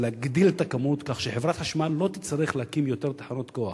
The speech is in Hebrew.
ולהגדיל את הכמות כך שחברת החשמל לא תצטרך להקים יותר תחנות כוח.